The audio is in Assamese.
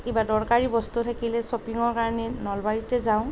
কিবা দৰকাৰী বস্তু থাকিলে শ্বপিঙৰ কাৰণে নলবাৰীতে যাওঁ